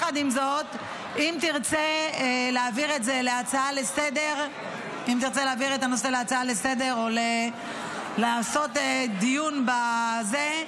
אם תרצה להעביר את זה להצעה לסדר-היום או לעשות דיון בזה,